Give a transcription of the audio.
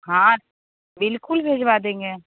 हाँ बिल्कुल भिजवा देंगे